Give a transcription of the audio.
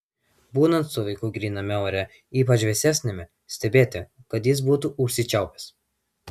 būnant su vaiku gryname ore ypač vėsesniame stebėti kad jis būtų užsičiaupęs